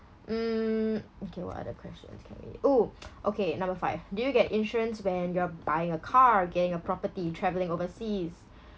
mm okay what other questions can we oh okay number five do you get insurance when you're buying a car getting a property you travelling overseas